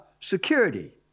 security